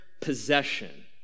possession